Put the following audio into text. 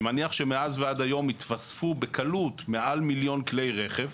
אני מניח שמאז ועד היום היתוספו בקלות מעל מיליון כלי רכב,